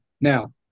Now